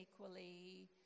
equally